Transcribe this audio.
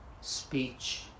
speech